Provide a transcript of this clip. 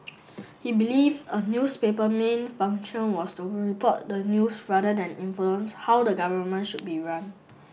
he believed a newspaper's main function was to report the news rather than influence how the government should be run